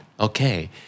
Okay